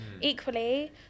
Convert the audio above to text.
Equally